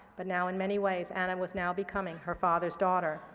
but now, in many ways, anna was now becoming her father's daughter.